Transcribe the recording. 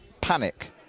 Panic